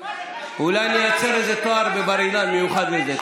אולי נייצר איזה תואר מיוחד לזה בבר-אילן.